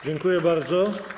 Dziękuję bardzo.